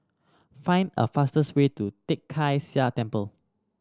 find A fastest way to Tai Kak Seah Temple